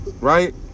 right